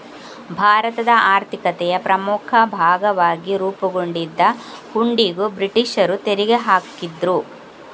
ಭಾರತದ ಆರ್ಥಿಕತೆಯ ಪ್ರಮುಖ ಭಾಗವಾಗಿ ರೂಪುಗೊಂಡಿದ್ದ ಹುಂಡಿಗೂ ಬ್ರಿಟೀಷರು ತೆರಿಗೆ ಹಾಕಿದ್ರು